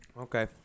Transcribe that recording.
Okay